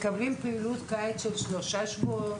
מקבלים פעילות קיץ של שלושה שבועות,